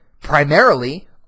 primarily